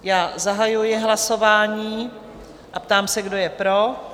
Já zahajuji hlasování a ptám se, kdo je pro?